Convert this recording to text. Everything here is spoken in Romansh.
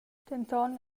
denton